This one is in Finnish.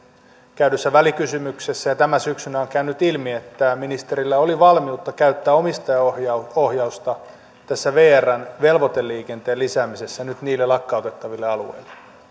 käydyssä välikysymyksessä ja tänä syksynä on käynyt ilmi että ministerillä oli valmiutta käyttää omistajaohjausta tässä vrn velvoiteliikenteen lisäämisessä nyt niille lakkautettaville alueille